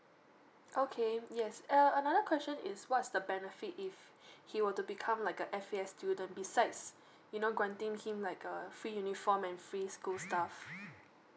okay yes uh another question is what's the benefit if he were to become like a F_A_S student besides you know granting him like a free uniform and free school stuff